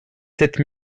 sept